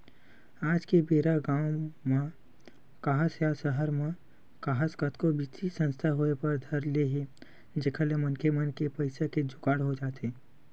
आज के बेरा गाँव म काहस या सहर म काहस कतको बित्तीय संस्था होय बर धर ले हे जेखर ले मनखे मन के पइसा के जुगाड़ होई जाथे